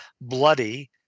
bloody